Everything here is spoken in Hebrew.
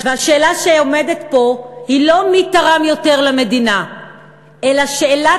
והשאלה שעומדת פה היא לא מי תרם יותר למדינה אלא שאלת